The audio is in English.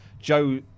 Joe